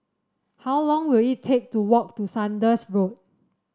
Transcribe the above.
how long will it take to walk to Saunders Road